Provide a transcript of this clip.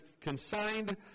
consigned